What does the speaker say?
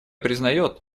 признает